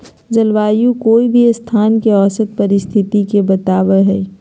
जलवायु कोय भी स्थान के औसत परिस्थिति के बताव हई